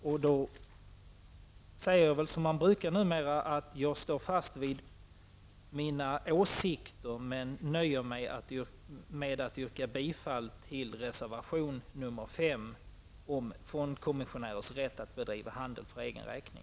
Jag säger som man numera brukar säga att jag står fast vid mina åsikter, men nöjer mig med att yrka bifall till reservation 5 om fondkommissionärs rätt att bedriva handel för egen räkning.